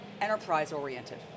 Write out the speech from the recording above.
enterprise-oriented